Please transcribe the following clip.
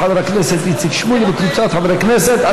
של חבר הכנסת איציק שמולי וקבוצת חברי הכנסת,